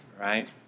right